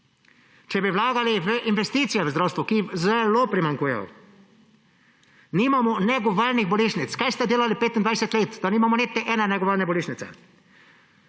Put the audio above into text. Če bi vlagali v investicije v zdravstvu, ki zelo primanjkujejo – nimamo negovalnih bolnišnic. Kaj ste delali 25 let, da nimamo niti ene negovalne bolnišnice?